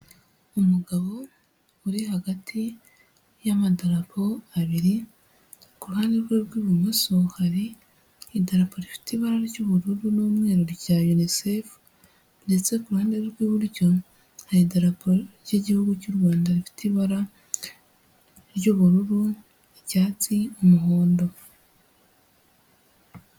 Umugabo uri hagati yamadarapo abiri, ku ruhande rwe rw'ibumoso, hari idarapa rifite ibara ry'ubururu n'umweru rya UNICEF, ndetse ku ruhande rw'iburyo hari idarapo ry'igihugu cy'u Rwanda, rifite ibara ry'ubururu, icyatsi, umuhondo.